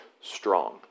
strong